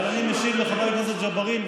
אבל אני משיב לחבר הכנסת ג'בארין,